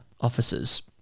officers